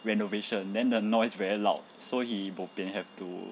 renovation then the noise very loud so he bo pian have to